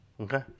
Okay